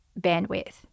bandwidth